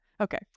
Okay